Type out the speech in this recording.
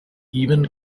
even